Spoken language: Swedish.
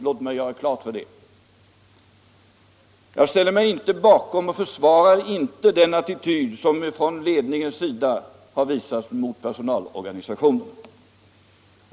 Låt mig göra det klart. Jag försvarar inte den attityd som företagsledningen har visat gentemot personalorganisationerna.